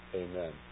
amen